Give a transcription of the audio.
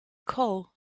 call